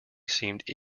seemed